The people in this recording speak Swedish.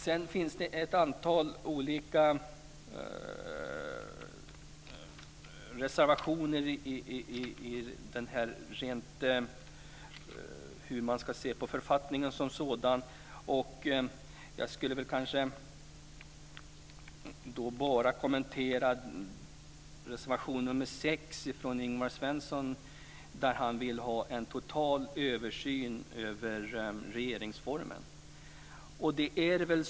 Det finns ett antal reservationer om hur man ska se på författningen som sådan. Jag ska kommentera reservation nr 6 av Ingvar Svensson. Han vill ha en total översyn över regeringsformen.